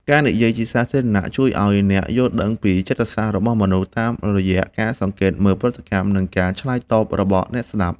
ការនិយាយជាសាធារណៈជួយឱ្យអ្នកយល់ដឹងពីចិត្តសាស្ត្ររបស់មនុស្ស តាមរយៈការសង្កេតមើលប្រតិកម្ម និងការឆ្លើយតបរបស់អ្នកស្ដាប់។